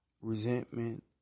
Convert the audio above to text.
resentment